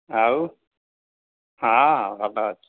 ଆଉ ହଁ ହଁ ଭଲ ଅଛି